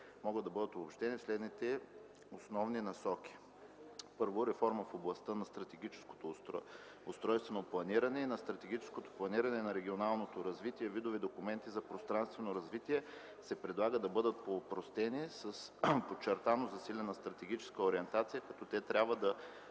могат да бъдат обобщени в следните основни насоки: 1. Реформа в областта на стратегическото устройствено планиране и на стратегическото планиране на регионалното развитие. Видовете документи за пространствено развитие се предлага да бъдат по-опростени, но с подчертано засилена стратегическа ориентация, като те трябва да